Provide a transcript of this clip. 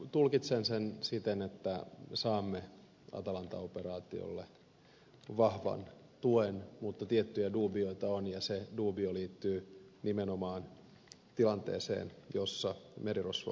tulkitsen sen siten että saamme atalanta operaatiolle vahvan tuen mutta tiettyjä duubioita on ja se duubio liittyy nimenomaan tilanteeseen jossa merirosvo otetaan kiinni